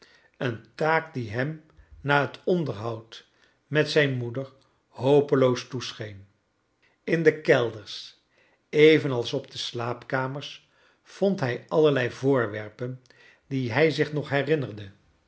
een taak die hem na het onderhoud met zijn moeder hopeloos toescheen in de kelders evenals op de slaapkamers vond hij allerlei voorwerpen die hij zich nog herinnerde